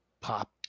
Pop